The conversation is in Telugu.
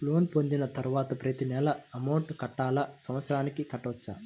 లోన్ పొందిన తరువాత ప్రతి నెల అమౌంట్ కట్టాలా? సంవత్సరానికి కట్టుకోవచ్చా?